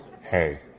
hey